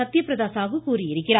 சத்யபிரத சாகு கூறியிருக்கிறார்